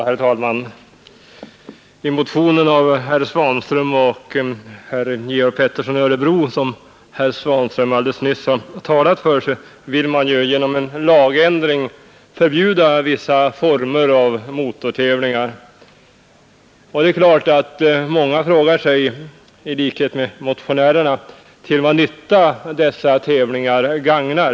Herr talman! I motionen av herr Svanström och herr Georg Pettersson i Örebro som herr Svanström alldeles nyss har talat för vill man genom en lagändring förbjuda vissa former av motortävlingar. Det är klart att många i likhet med motionärerna frågar sig vad dessa tävlingar gagnar.